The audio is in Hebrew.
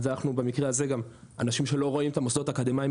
אז אנחנו במקרה הזה גם אנשים שלא רואים את המוסדות האקדמאים